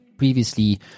previously